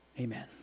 Amen